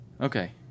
Okay